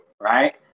right